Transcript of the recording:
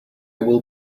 will